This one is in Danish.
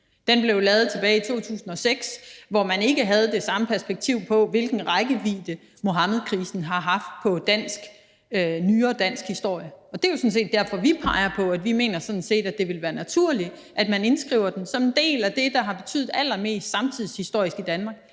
Den blev lavet tilbage i 2006, hvor man ikke havde det samme perspektiv på, hvilken rækkevidde Muhammedkrisen har haft på nyere dansk historie. Og det er jo sådan set derfor, vi peger på, at det ville være naturligt, at man indskriver den som en del af det, der har betydet allermest samtidshistorisk i Danmark.